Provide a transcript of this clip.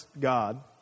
God